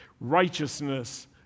Righteousness